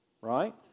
right